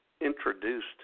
introduced